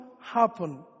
happen